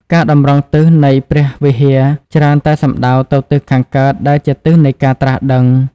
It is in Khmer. ការតម្រង់ទិស នៃព្រះវិហារច្រើនតែសំដៅទៅទិសខាងកើតដែលជាទិសនៃការត្រាស់ដឹង។